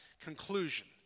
conclusion